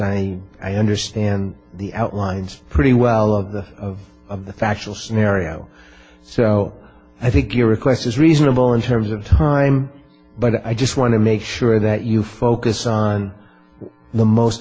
and i understand the outlines pretty well of the of the factual scenario so i think your request is reasonable in terms of time but i just want to make sure that you focus on the most